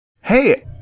hey